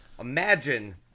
Imagine